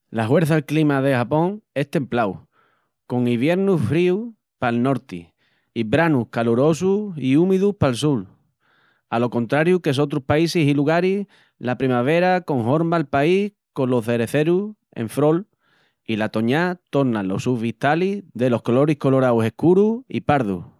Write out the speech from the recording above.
La huerça'l clima de Japón es templau, con iviernus fríus pal norti i branus calorosus i úmidus pal sul. Alo contrariu que sotrus paísis i lugaris, la primavera conhorma'l país colos cereçerus en frol i la toñá torna los sus vistalis delos coloris coloraus escurus i pardus.